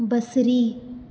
बसरी